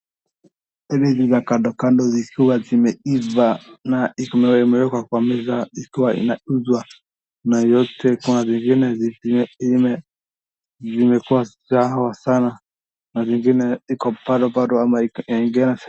Hili ni za kando kando zikiwa zimeiava na imewekwa kwa meza ikiwa inauzwa na yote kuna zingine zimekuwa sawa sana na zingine iko badobado ama ingine.